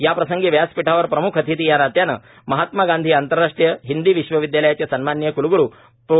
याप्रसंगी व्यासपीठावर प्रम्ख अतिथी या नात्याने महात्मा गांधी आंतरराष्ट्रीय हिंदी विश्वविद्यालयाचे क्लग्रू प्रो